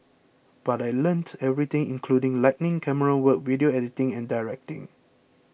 but I learnt everything including lighting camerawork video editing and directing